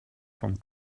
vom